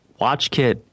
WatchKit